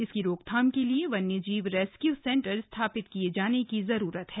इसकी रोकथाम के लिए वन्यजीव रेस्क्यू सेंटर स्थापित किए जाने की जरूरत है